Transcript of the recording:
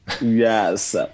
Yes